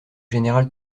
général